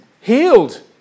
healed